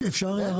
אפשר הערה?